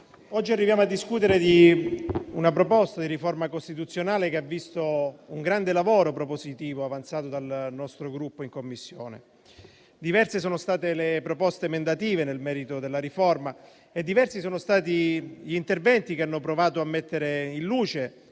arriviamo oggi a discutere una proposta di riforma costituzionale che ha visto un grande lavoro propositivo avanzato dal nostro Gruppo in Commissione. Diverse sono state le proposte emendative nel merito della riforma e diversi gli interventi che hanno provato a mettere in luce